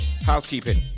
housekeeping